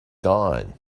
gone